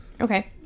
okay